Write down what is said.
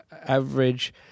average